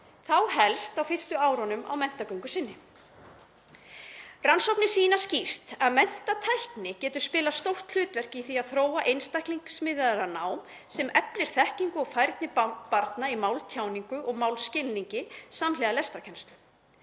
þá helst á fyrstu árunum á menntagöngu sinni. Rannsóknir sýna skýrt að menntatækni getur spilað stórt hlutverk í því að þróa einstaklingsmiðaðra nám sem eflir þekkingu og færni barna í máltjáningu og málskilningi samhliða lestrarkennslu.